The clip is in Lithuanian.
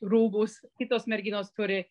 rūbus kitos merginos turi